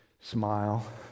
smile